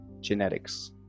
genetics